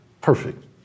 perfect